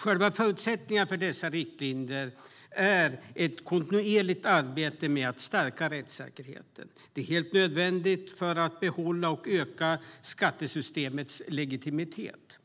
Själva förutsättningen för dessa riktlinjer är ett kontinuerligt arbete med att stärka rättssäkerheten. Det är helt nödvändigt för att behålla och öka skattesystemets legitimitet.